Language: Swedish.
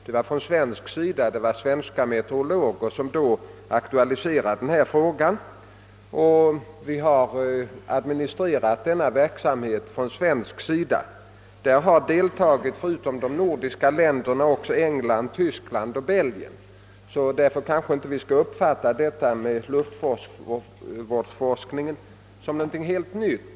Frågan aktualiserades då av svenska meteorologer, och verksamheten har dominerats av svenska insatser. Förutom de nordiska länderna har emellertid också England, Tyskland och Belgien deltagit. Därför bör vi kanske inte uppfatta luftvårdsforskningen som något helt nytt.